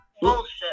bullshit